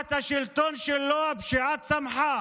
תחת השלטון שלו הפשיעה צמחה,